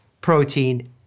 protein